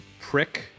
Prick